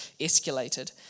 escalated